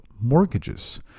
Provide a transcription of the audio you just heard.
mortgages